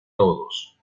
todos